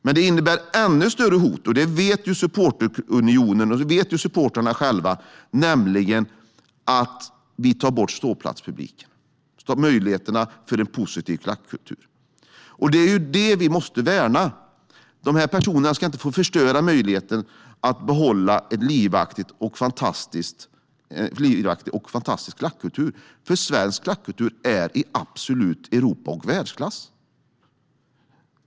Men det innebär ännu större hot, och det vet Supporterunionen och supportrarna själva, om att vi tar bort ståplatspubliken och möjligheterna till en positiv klackkultur. Det är vad vi måste värna. Dessa personer ska inte få förstöra möjligheten att behålla en livaktig och fantastisk klackkultur. Svensk klackkultur är i absolut Europaklass och världsklass.